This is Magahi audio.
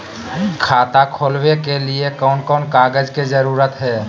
खाता खोलवे के लिए कौन कौन कागज के जरूरत है?